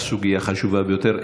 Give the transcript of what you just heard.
סוגיה חשובה ביותר.